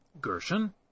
Gershon